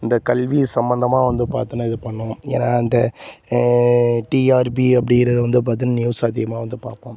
இந்த கல்வி சம்மந்தமாக வந்து பார்த்தனா இது பண்ணலாம் ஏன்னால் அந்த டிஆர்பி அப்படிங்கறது வந்து பார்த்தினா நியூஸ் அதிகமாக வந்து பார்ப்போம்